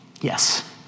Yes